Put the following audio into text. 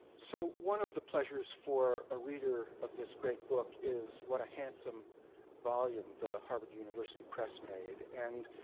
so one of the pleasures for a reader of this great book is what a handsome volume the harvard university press made. and